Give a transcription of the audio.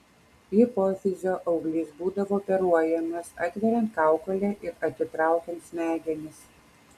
hipofizio auglys būdavo operuojamas atveriant kaukolę ir atitraukiant smegenis